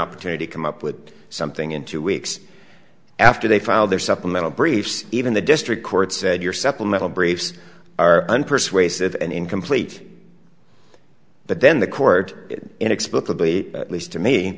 opportunity come up with something in two weeks after they file their supplemental briefs even the district court said your supplemental briefs are unpersuasive and incomplete but then the court inexplicably at least to me